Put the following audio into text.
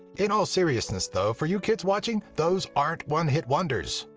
in all seriousness though for you kids watching, those aren't one hit wonders.